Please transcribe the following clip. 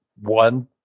one